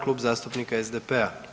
Klub zastupnika SDP-a.